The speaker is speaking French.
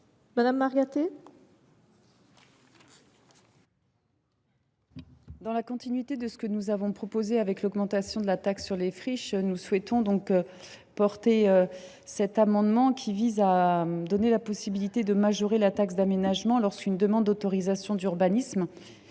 Marianne Margaté. Dans la continuité de ce que nous avons proposé avec l’augmentation de la taxe sur les friches, cet amendement tend à donner la possibilité de majorer la taxe d’aménagement, lorsqu’une demande d’autorisation d’urbanisme